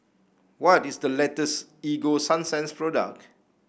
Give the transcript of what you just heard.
what is the latest Ego Sunsense product